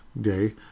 day